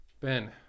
Ben